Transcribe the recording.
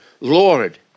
Lord